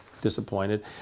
disappointed